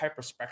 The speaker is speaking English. hyperspectral